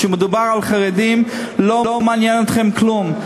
כשמדובר על חרדים לא מעניין אתכם כלום,